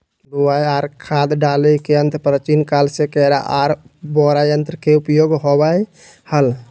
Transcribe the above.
बुवाई आर खाद डाले के यंत्र प्राचीन काल से केरा आर पोरा यंत्र के उपयोग होवई हल